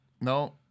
No